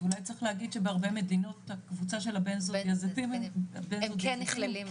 אולי צריך להגיד שבהרבה מדינות הקבוצה של הבנזודיאזפינים כן נכללים.